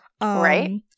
right